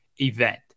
event